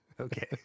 Okay